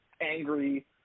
angry